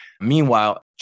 Meanwhile